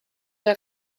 der